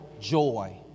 joy